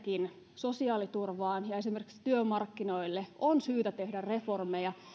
sosiaaliturvaan ja esimerkiksi työmarkkinoille on syytä tehdä reformeja